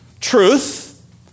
Truth